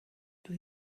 dwi